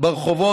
ברחובות,